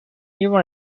even